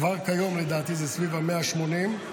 כבר כיום זה סביב 180,